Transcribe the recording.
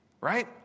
Right